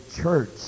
church